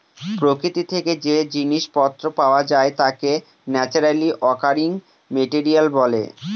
প্রকৃতি থেকে যে জিনিস পত্র পাওয়া যায় তাকে ন্যাচারালি অকারিং মেটেরিয়াল বলে